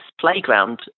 playground